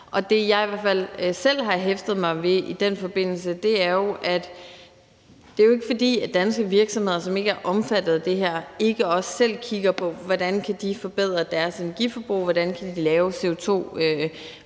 hvert fald selv hæftet mig ved noget i den forbindelse. Det er jo ikke, fordi danske virksomheder, som ikke er omfattet af det her, ikke også selv kigger på, hvordan de kan forbedre deres energiforbrug, og hvordan de kan lave CO2-reduktioner,